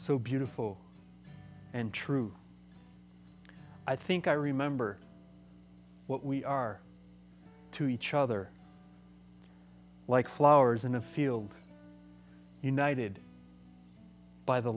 so beautiful and true i think i remember what we are to each other like flowers in a field united by the